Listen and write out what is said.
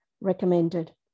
recommended